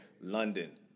London